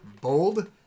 bold